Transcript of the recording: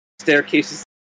staircases